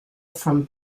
from